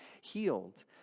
healed